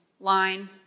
line